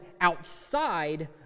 outside